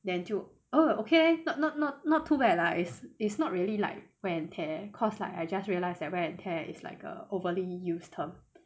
then 就 okay not not not not too bad lah it's it's not really like wear and tear cause like I just realised at wear and tear is like a overly use term